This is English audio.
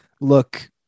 look